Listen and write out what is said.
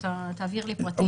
תעביר לי פרטים.